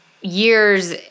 Years